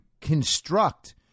construct